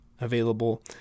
available